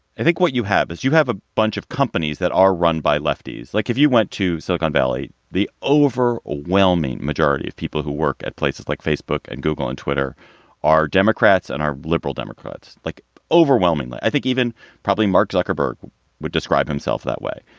i think what you have is you have a bunch of companies that are run by lefties, like if you went to silicon valley, the overwhelming majority of people who work at places like facebook and google and twitter are democrats and are liberal democrats like overwhelmingly, i think even probably mark zuckerberg would describe himself that way.